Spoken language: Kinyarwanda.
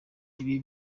ibi